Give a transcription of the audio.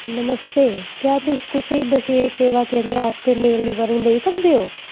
नमस्ते क्या तुस कुसै बशेश सेवा केंदर आस्तै मेल विवरण देई सकदे ओ